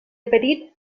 petit